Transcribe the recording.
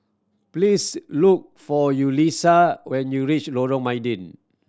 please look for Yulissa when you reach Lorong Mydin